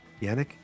Yannick